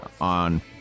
on